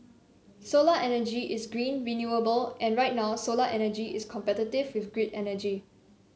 solar energy is green renewable and right now solar energy is competitive with grid energy